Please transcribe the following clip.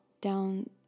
down